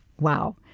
Wow